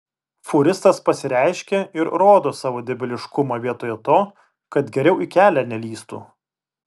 fūristas pasireiškė ir rodo savo debiliškumą vietoje to kad geriau į kelią nelįstų